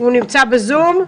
שנמצא בזום.